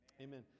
amen